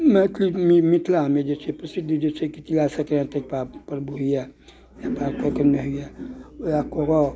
मैथिल मी मिथिलामे जे छै प्रसिद्ध जे छै कि तिला सङ्क्रान्तिक पा पर्व होइया ओएह कोबाउ